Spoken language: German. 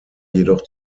jedoch